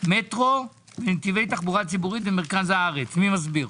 מטרו ונתיבי תחבורה ציבורית במרכז הארץ.